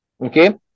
Okay